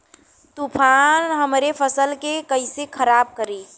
तूफान हमरे फसल के कइसे खराब करी?